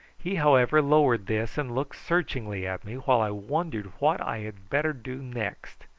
he, however, lowered this and looked searchingly at me, while i wondered what i had better do next.